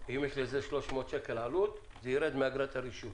שאם יש לזה עלות של 300 שקל זה ירד מאגרת הרישוי